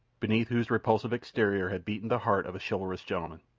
beneath whose repulsive exterior had beaten the heart of a chivalrous gentleman.